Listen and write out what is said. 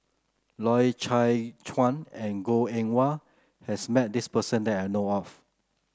Loy Chye Chuan and Goh Eng Wah has met this person that I know of